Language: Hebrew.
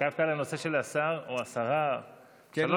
התעכבת על הנושא של השר או השרה, כן.